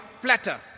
platter